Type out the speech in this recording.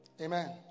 Amen